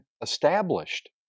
established